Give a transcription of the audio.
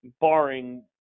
barring